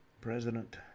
President